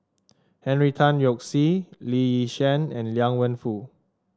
Henry Tan Yoke See Lee Yi Shyan and Liang Wenfu